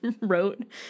wrote